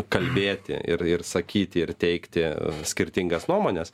kalbėti ir ir sakyti ir teigti skirtingas nuomones